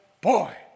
boy